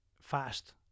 fast